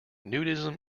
nudism